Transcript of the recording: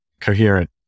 coherent